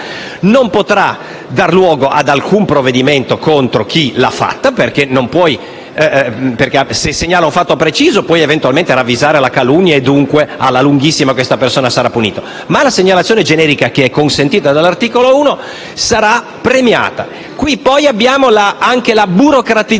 non potrà dare luogo ad alcun provvedimento contro chi l'ha fatta perché, se si segnala un fatto preciso, solo in quel caso si può ravvisare la calunnia e, alla lunga, questa persona sarà punita. La segnalazione generica, però, consentita dall'articolo 1, sarà premiata. Qui, inoltre, abbiamo anche la burocratizzazione